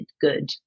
good